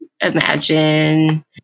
imagine